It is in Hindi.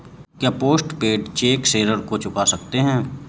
क्या पोस्ट पेड चेक से ऋण को चुका सकते हैं?